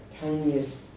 tiniest